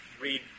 read